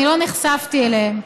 אני לא נחשפתי אליהם,